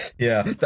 yeah.